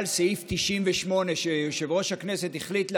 סעיף 98 שיושב-ראש הכנסת החליט להעביר,